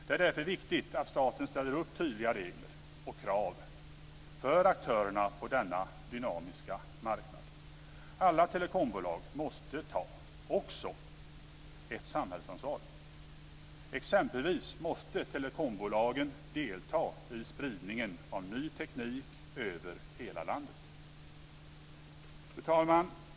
Det är därför viktigt att staten ställer upp tydliga regler och krav för aktörerna på denna dynamiska marknad. Alla telekombolag måste också ta ett samhällsansvar. Exempelvis måste telekombolagen delta i spridningen av ny teknik över hela landet. Fru talman!